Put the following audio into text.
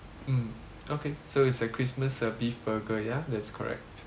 mm okay so it's a christmas uh beef burger ya that's correct